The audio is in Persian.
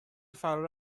فرار